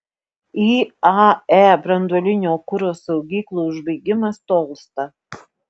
iae branduolinio kuro saugyklų užbaigimas tolsta